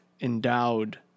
endowed